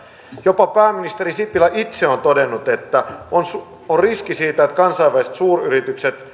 jopa pääministeri sipilä itse on todennut että on riski siitä että kansainväliset suuryritykset